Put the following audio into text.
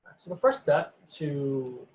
so, the first step to